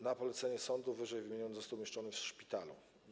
Na polecenie sądu ww. został umieszczony w szpitalu.